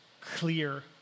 clear